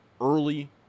early